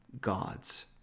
gods